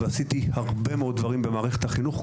ועשיתי הרבה מאוד דברים במערכת החינוך,